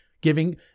giving